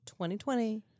2020